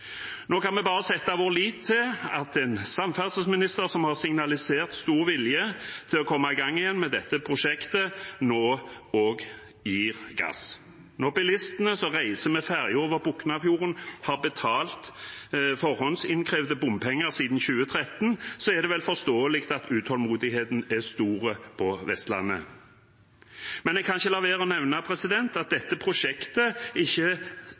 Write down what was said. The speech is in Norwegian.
Nå kan vi bare sette vår lit til at en samferdselsminister som har signalisert stor vilje til å komme i gang igjen med dette prosjektet, gir gass. Når bilistene som reiser med ferjen over Boknafjorden har betalt forhåndsinnkrevde bompenger siden 2013, er det vel forståelig at utålmodigheten er stor på Vestlandet. Jeg kan ikke la være å nevne at dette prosjektet ikke